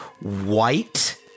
white